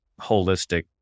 holistic